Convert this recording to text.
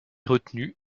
retenu